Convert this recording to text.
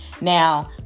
Now